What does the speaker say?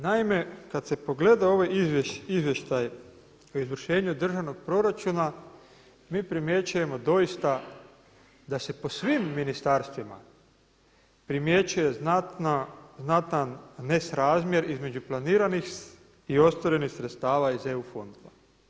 Naime, kad se pogleda ovaj izvještaj o izvršenju državnog proračuna mi primjećujemo doista da se po svim ministarstvima primjećuje znatan nesrazmjer između planiranih i ostvarenih sredstava iz EU fondova.